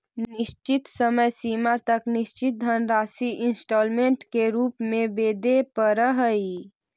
निश्चित समय सीमा तक निश्चित धनराशि इंस्टॉलमेंट के रूप में वेदे परऽ हई